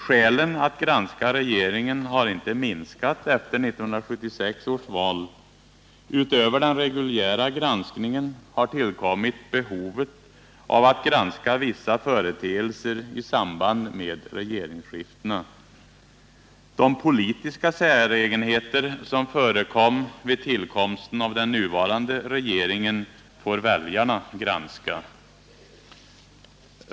Skälen att granska regeringen har inte minskat efter 1976 års val. Och utöver den reguljära granskningen har tillkommit behovet av att granska vissa företeelser i samband med regeringsskiftena. De politiska säregenheter som förekom vid tillkomsten av den nuvarande regeringen får väljarna granska.